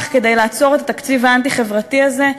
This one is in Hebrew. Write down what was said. כדי לעצור את התקציב האנטי-חברתי הזה.